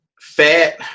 Fat